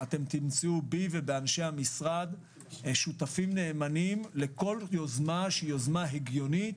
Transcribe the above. תמצאו בי ובאנשי המשרד שותפים נאמנים לכל יוזמה שהיא יוזמה הגיונית,